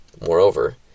Moreover